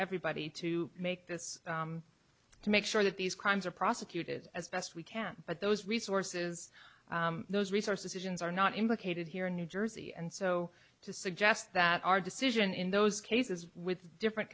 everybody to make this to make sure that these crimes are prosecuted as best we can but those resources those resources asians are not indicated here in new jersey and so to suggest that our decision in those cases with different